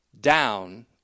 down